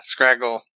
Scraggle